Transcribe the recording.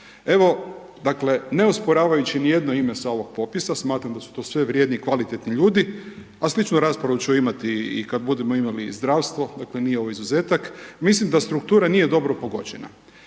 Evo, dakle, ne osporavajući nijedno ime sa ovog popisa, smatram da su to sve vrijedni i kvalitetni ljudi, a sličnu raspravu ću imati i kad budemo imali i zdravstvo, dakle nije ovo izuzetak, mislim da struktura nije dobro pogođena.